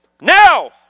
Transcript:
Now